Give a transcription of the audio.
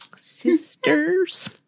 sisters